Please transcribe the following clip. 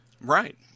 Right